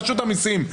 מרשות המסים.